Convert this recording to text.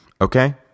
okay